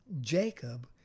Jacob